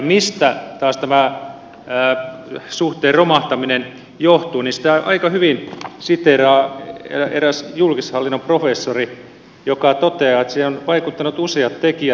mistä taas tämä suhteen romahtaminen johtuu sitä aika hyvin siteeraa eräs julkishallinnon professori joka toteaa että siihen ovat vaikuttaneet useat tekijät